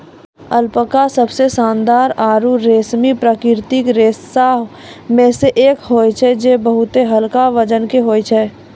alpaca सबसें शानदार आरु रेशमी प्राकृतिक रेशा म सें एक होय छै जे बहुत हल्का वजन के होय छै